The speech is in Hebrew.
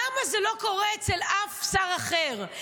למה זה לא קורה אצל אף שר אחר?